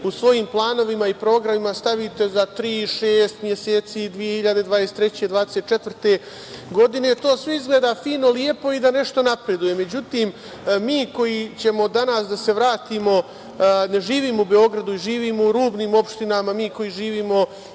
u svojim planovima i programima stavite za tri, šest meseci, 2023, 2024. godine, to sve izgleda fino, lepo i da nešto napreduje. Međutim, mi koji ne živimo u Beogradu, živimo u rubnim opštinama, mi koji ćemo